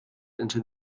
into